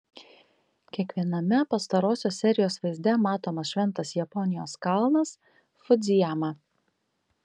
kiekviename pastarosios serijos vaizde matomas šventas japonijos kalnas fudzijama